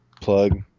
plug